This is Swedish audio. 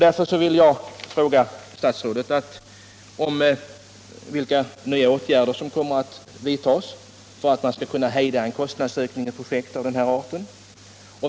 Därför vill jag fråga statsrådet: Vilka nya åtgärder kommer att vidtas för att man skall kunna hejda kostnadsökningar i projekt av den här arten?